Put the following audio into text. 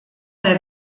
der